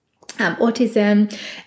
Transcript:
autism